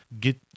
get